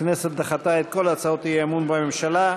הכנסת דחתה את כל הצעות אי-אמון בממשלה.